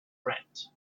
brandt